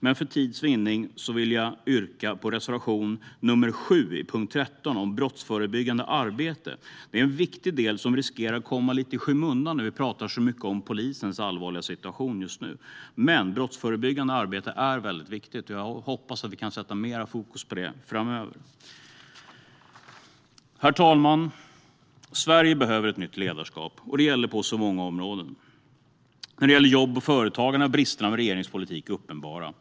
Jag står bakom dem alla, men för tids vinnande yrkar jag bifall endast till reservation 7 under punkt 13 om brottsförebyggande arbete. Det är en viktig del som riskerar att komma i skymundan när vi talar så mycket om polisens allvarliga situation. Brottsförebyggande arbete är viktigt, och jag hoppas att vi kan sätta mer fokus på det framöver. Herr talman! Sverige behöver ett nytt ledarskap, och det gäller på många områden. Vad gäller jobb och företagande är bristerna med regeringens politik uppenbara.